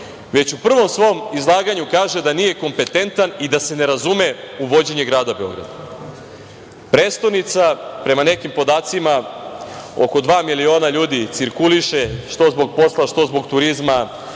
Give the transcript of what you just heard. već u prvom svom izlaganju kaže da nije kompetentan i da se ne razume u vođenje grada Beograda. Prestonica, prema nekim podacima, oko dva miliona ljudi cirkuliše, što zbog posla, što zbog turizma,